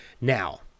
Now